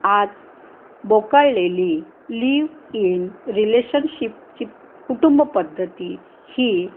आज बोकळलेली live in रिलेशनशिपची कुटुंब पद्धती ही